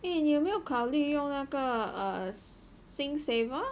eh 你有没有考虑用那个 err SingSaver